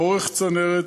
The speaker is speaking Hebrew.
אורך צנרת,